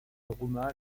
roumain